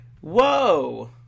Whoa